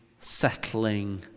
settling